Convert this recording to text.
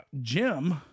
Jim